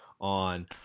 on